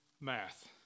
math